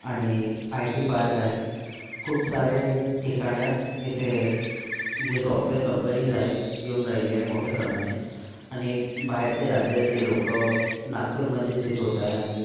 आणि I T park आहे खूप सारे ठिकाण्यात इथे जे सॉफ्टवेअर कंपनीज आहेत येऊन राहिले मोठ्याप्रमाणे आणि बाहेरचे राज्याचे लोक नागपूरमध्ये स्थित होत आहे आणि